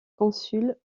consuls